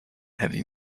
heavy